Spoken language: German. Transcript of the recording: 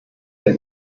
der